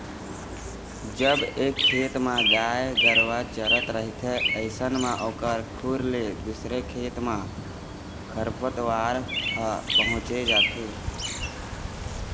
जब एक खेत म गाय गरुवा चरत रहिथे अइसन म ओखर खुर ले दूसर खेत म खरपतवार ह पहुँच जाथे